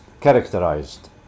characterized